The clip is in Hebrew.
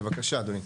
בבקשה אדוני.